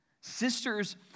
Sisters